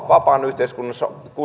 vapaan yhteiskunnan